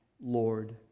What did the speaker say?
Lord